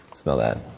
smell that.